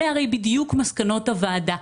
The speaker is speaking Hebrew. אלה הרי בדיוק מסקנות הוועדה.